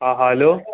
ആ ഹലോ